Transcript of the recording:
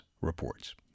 reports